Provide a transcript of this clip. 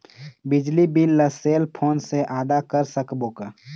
बिजली बिल ला cell phone से आदा कर सकबो का?